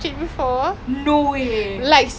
what is dissociative disorder